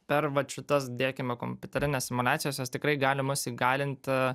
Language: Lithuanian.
per vat šitas dėkime kompiuterines simuliacijas jos tikrai gali mus įgalinti